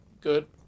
Good